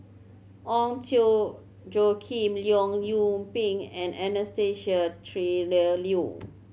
Ong Tjoe Kim Leong Yoon Pin and Anastasia Tjendri Liew